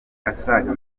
asaga